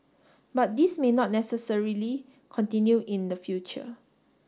but this may not necessarily continue in the future